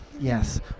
Yes